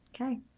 okay